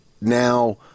now